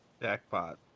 Jackpot